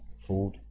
food